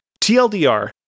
TLDR